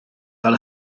fel